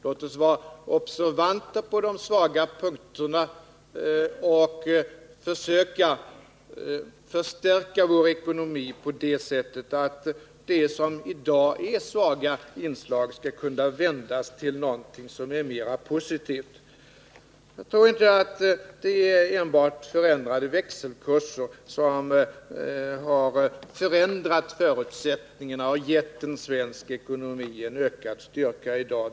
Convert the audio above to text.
Låt oss vara observanta på de svaga punkterna och försöka förstärka vår ekonomi på det sättet att de inslag som i dag är svaga skall kunna vändas till något som är mera positivt. Jag tror inte det är enbart ändrade växelkurser som har förändrat förutsättningarna att ge svensk ekonomi ökad styrka i dag.